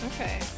okay